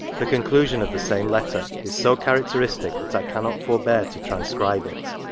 the conclusion of the same letter is so characteristic, that i cannot forbear to transcribe it.